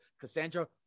Cassandra